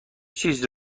چیز